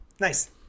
nice